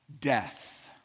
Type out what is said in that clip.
death